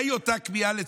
מהי אותה כמיהה לציון?